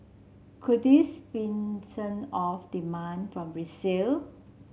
could this off demand from resale